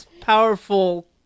powerful